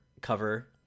cover